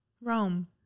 Rome